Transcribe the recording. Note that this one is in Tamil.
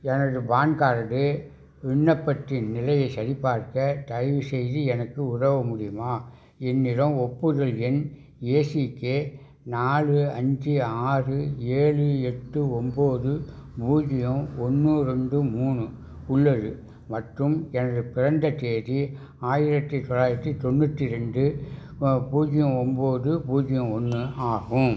எனது பான் கார்டு விண்ணப்பத்தின் நிலையை சரிபார்க்க தயவுசெய்து எனக்கு உதவ முடியுமா என்னிடம் ஒப்புதல் எண் ஏசிகே நாலு அஞ்சு ஆறு ஏழு எட்டு ஒம்பது பூஜ்ஜியம் ஒன்று ரெண்டு மூணு உள்ளது மற்றும் எனது பிறந்ததேதி ஆயிரத்து தொளாயிரத்து தொண்ணூற்றி ரெண்டு பூஜ்ஜியம் ஒம்பது பூஜ்ஜியம் ஒன்று ஆகும்